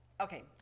okay